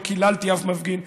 לא קיללתי אף מפגין,